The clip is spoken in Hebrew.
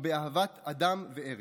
ובאהבת אדם וארץ.